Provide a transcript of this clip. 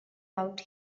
out